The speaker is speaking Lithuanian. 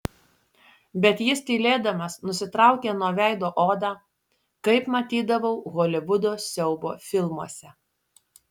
bet jis tylėdamas nusitraukė nuo veido odą kaip matydavau holivudo siaubo filmuose